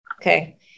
Okay